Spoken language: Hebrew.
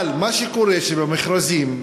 אבל מה שקורה במכרזים,